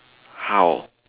how